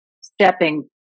stepping